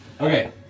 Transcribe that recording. Okay